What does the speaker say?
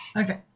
Okay